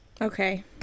Okay